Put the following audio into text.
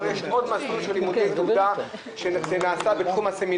דיברנו על מי האנשים הנורמטיביים במדינה שעולים ולא משלמים.